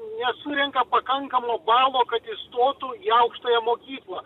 nesurenka pakankamo balo kad įstotų į aukštąją mokyklą